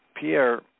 Pierre